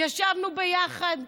ישבנו ביחד,